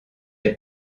est